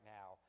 now